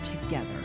together